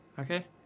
Okay